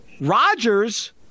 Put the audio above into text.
Rodgers